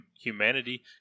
humanity